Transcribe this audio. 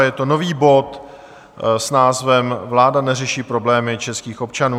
Je to nový bod s názvem Vláda neřeší problémy českých občanů.